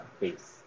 face